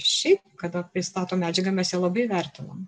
šiaip kada pristato medžiagą mes ją labai vertinam